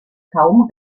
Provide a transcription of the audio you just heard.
kaum